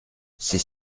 ces